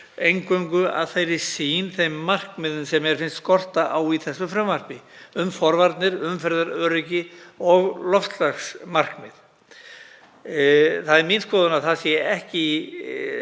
eingöngu að þeirri sýn, þeim markmiðum sem mér finnst skorta á í þessu frumvarpi, um forvarnir, umferðaröryggi og loftslagsmarkmið. Það er mín skoðun að það sé ekki í